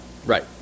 Right